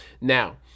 now